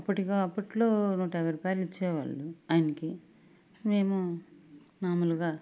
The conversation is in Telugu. అప్పటిగా అప్పట్లో నూట యాభై రూపాయలు ఇచ్చేవాళ్ళు ఆయనకి మేము మాములుగా